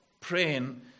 praying